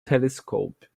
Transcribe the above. telescope